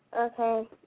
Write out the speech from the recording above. Okay